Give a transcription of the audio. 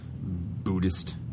Buddhist